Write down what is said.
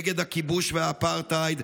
נגד הכיבוש והאפרטהייד,